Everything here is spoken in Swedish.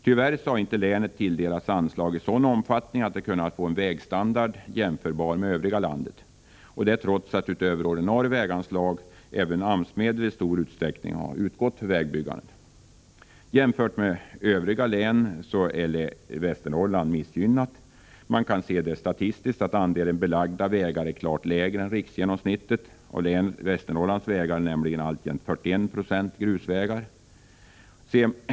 Tyvärr har inte länet tilldelats anslag i sådan omfattning att det kunnat få en vägstandard jämförbar med det övriga landets, trots att utöver ordinarie väganslag även AMS-medel i stor utsträckning har utgått för vägbyggande. Jämfört med övriga län är Västernorrland missgynnat. Statistiken visar att andelen belagda vägar är klart lägre än riksgenomsnittet. Av Västernorrlands vägar är nämligen alltjämt 41 96 grusvägar.